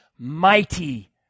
Mighty